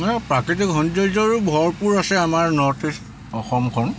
মানে প্ৰাকৃতিক সৌন্দৰ্যৰেও ভৰপূৰ আছে আমাৰ নৰ্থ ইষ্ট অসমখন